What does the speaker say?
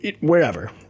wherever